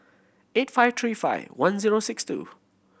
eight five three five one zero six two